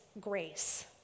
Grace